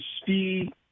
speed